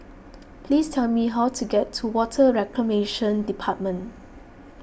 please tell me how to get to Water Reclamation Department